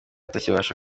atakibasha